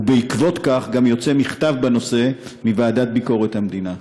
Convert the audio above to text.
ובעקבות כך גם יוצא מכתב בנושא מוועדת ביקורת המדינה.